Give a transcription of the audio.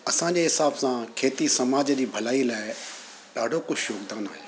असांजे हिसाब सां खेती समाज जी भलाई लाइ ॾाढो कुझु शुभ धन आहे